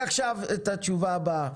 אני רק עכשיו את התשובה הבאה: